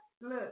Look